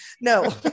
No